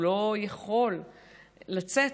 הוא לא יכול לצאת.